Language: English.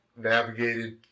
navigated